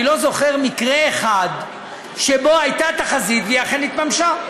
אני לא זוכר מקרה אחד שבו הייתה תחזית והיא אכן התממשה,